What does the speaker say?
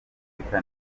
afurika